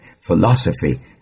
philosophy